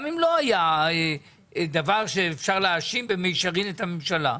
גם אם לא היה דבר שאפשר להאשים במישרין את הממשלה.